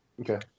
Okay